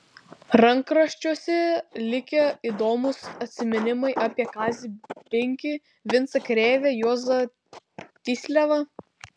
rankraščiuose likę įdomūs atsiminimai apie kazį binkį vincą krėvę juozą tysliavą